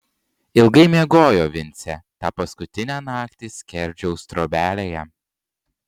ilgai miegojo vincė tą paskutinę naktį skerdžiaus trobelėje